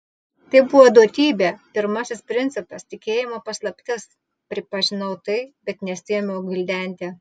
tai buvo duotybė pirmasis principas tikėjimo paslaptis pripažinau tai bet nesiėmiau gvildenti